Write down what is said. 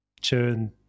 churn